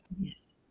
Yes